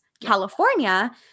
California